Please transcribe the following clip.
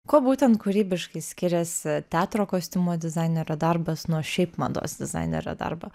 kuo būtent kūrybiškai skiriasi teatro kostiumo dizainerio darbas nuo šiaip mados dizainerio darbo